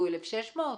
1,600?